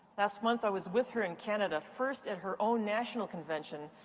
last month i was with her in canada. first at her own national convention,